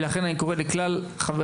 ולכן אני קורה לכלל חבריי,